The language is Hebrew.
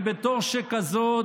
ובתור שכזאת,